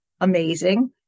amazing